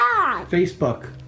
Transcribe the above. Facebook